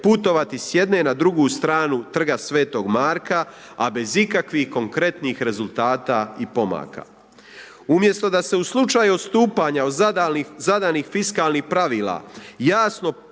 putovati s jedne na drugu stranu Trga sv. Marka a bez ikakvih konkretnih rezultata i pomaka. Umjesto da se u slučaju odstupanja od zadanih fiskalnih pravila jasno